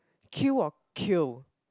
queue or kill